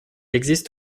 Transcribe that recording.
existe